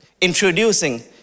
introducing